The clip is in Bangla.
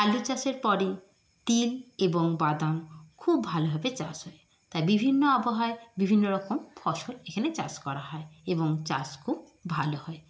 আলু চাষের পরে তিল এবং বাদাম খুব ভালোভাবে চাষ হয় তাই বিভিন্ন আবহাওয়ায় বিভিন্ন রকম ফসল এখানে চাষ করা হয় এবং চাষ খুব ভালো হয়